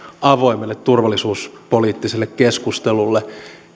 avoimelle turvallisuuspoliittiselle keskustelulle